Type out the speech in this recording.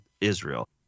israel